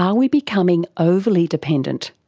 um we becoming overly dependent?